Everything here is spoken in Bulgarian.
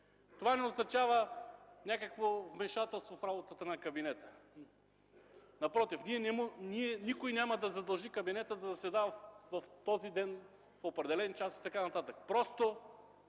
Това не означава някакво вмешателство в работата на кабинета. Напротив – никой няма да задължи кабинета да заседава в този ден, в определен час и така нататък.